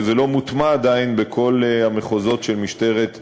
שזה לא מוטמע עדיין בכל המחוזות של משטרת ישראל.